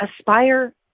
aspire